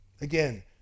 Again